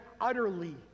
utterly